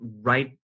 right